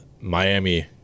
Miami